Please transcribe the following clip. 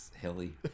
Hilly